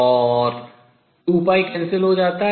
और इसलिए और 2π cancel रद्द हो जाता है